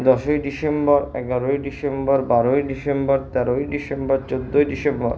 দশই ডিসেম্বর এগারোই ডিসেম্বর বারোই ডিসেম্বর তেরোই ডিসেম্বর চোদ্দোই ডিসেম্বর